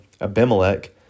Abimelech